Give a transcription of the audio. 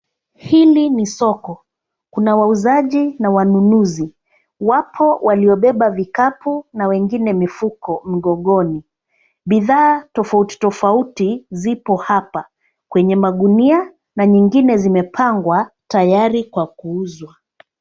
Hili ni soko. Kuna wauzaji na wanunuzi. Wapo waliobeba vikapu, na wengine mifuko, mgogoni. Bidhaa tofauti tofauti, zipo hapa, kwenye magunia, na nyingine zimepangwa, tayari kwa kuuzwa.